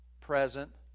present